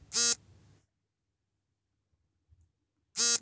ಉತ್ತಮ ಫಸಲು ಪಡೆಯಲು ಯಾವ ಬೆಳೆಗಳನ್ನು ಬೆಳೆಯಬೇಕು?